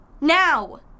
Now